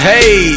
Hey